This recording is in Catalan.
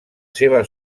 seva